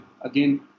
again